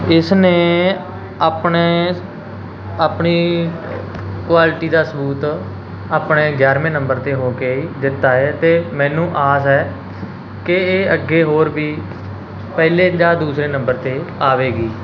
ਇਸਨੇ ਆਪਣੇ ਆਪਣੀ ਕੁਆਲਿਟੀ ਦਾ ਸਬੂਤ ਆਪਣੇ ਗਿਆਰਵੇਂ ਨੰਬਰ 'ਤੇ ਹੋ ਕੇ ਦਿੱਤਾ ਹੈ ਅਤੇ ਮੈਨੂੰ ਆਸ ਹੈ ਕਿ ਅੱਗੇ ਹੋਰ ਵੀ ਪਹਿਲੇ ਜਾਂ ਦੂਸਰੇ ਨੰਬਰ 'ਤੇ ਆਵੇਗੀ